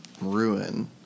ruin